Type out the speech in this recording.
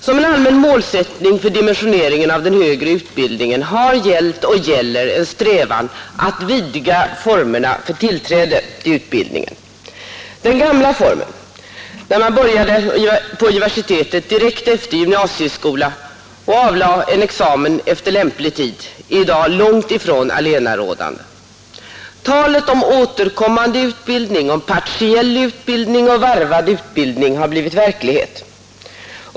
Som en allmän målsättning för dimensioneringen av den högre utbildningen har gällt och gäller en strävan att vidga formerna för tillträde till utbildningen. Den gamla formen där man började på universitetet direkt efter gymnasieskola och avlade en examen efter lämplig tid är i dag långtifrån allenarådande. Talet om återkommande utbildning, om partiell utbildning och varvad utbildning har blivit verklighet.